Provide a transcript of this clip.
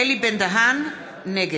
אינו נוכח אלי בן-דהן, נגד